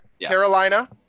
Carolina